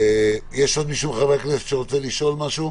יש עוד מישהו מחברי הכנסת שרוצה לשאול משהו?